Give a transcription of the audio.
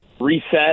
reset